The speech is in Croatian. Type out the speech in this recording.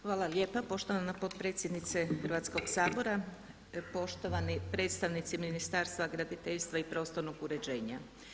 Hvala lijepa poštovana potpredsjednice Hrvatskog sabora, poštovani predstavnici Ministarstva graditeljstva i prostornog uređenja.